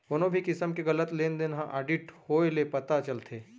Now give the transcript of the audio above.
कोनो भी किसम के गलत लेन देन ह आडिट होए ले पता चलथे